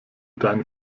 deine